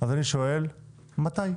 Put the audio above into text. אני שואל מתי.